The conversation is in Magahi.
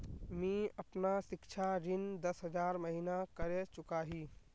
मी अपना सिक्षा ऋण दस हज़ार महिना करे चुकाही